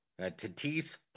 Tatis